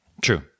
True